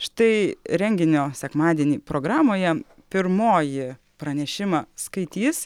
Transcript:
štai renginio sekmadienį programoje pirmoji pranešimą skaitys